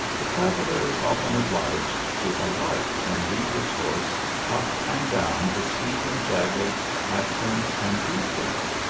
the traveller is often obliged to alight and lead. his horse up and down the steep and jagged ascents and descents,